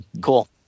Cool